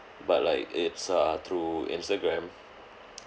but like it's err through instagram